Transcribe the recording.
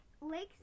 Lakes